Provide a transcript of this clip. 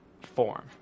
form